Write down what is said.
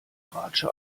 ratsche